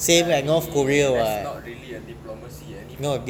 I mean that's not really diplomacy anymore